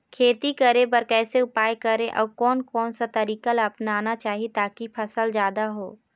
खेती करें बर कैसे उपाय करें अउ कोन कौन सा तरीका ला अपनाना चाही ताकि फसल जादा हो?